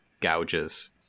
gouges